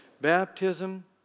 baptism